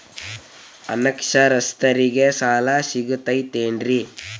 ಅನಕ್ಷರಸ್ಥರಿಗ ಸಾಲ ಸಿಗತೈತೇನ್ರಿ?